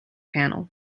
panel